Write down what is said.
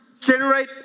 generate